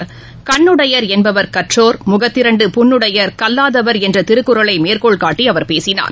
கண்ணுடையர் என்பவர் கற்றோர் முகத்திரண்டு புண்ணுடையர் கல்லாதவர் என்றதிருக்குறளைமேற்கோள்காட்டிஅவர் பேசினார்